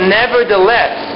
nevertheless